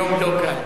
יום לא קל.